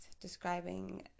describing